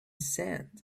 sand